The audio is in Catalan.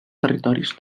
territoris